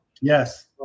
Yes